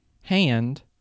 hand